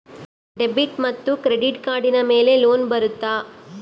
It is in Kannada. ಡೆಬಿಟ್ ಮತ್ತು ಕ್ರೆಡಿಟ್ ಕಾರ್ಡಿನ ಮೇಲೆ ಲೋನ್ ಬರುತ್ತಾ?